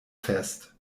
fest